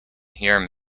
you’re